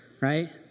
Right